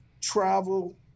travel